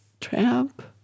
Tramp